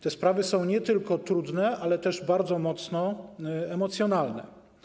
Te sprawy są nie tylko trudne, ale też bardzo mocno emocjonalne.